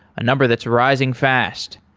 a number that's rising fast.